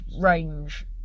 range